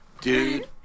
dude